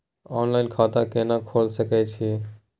Online खाता केना खोले सकै छी?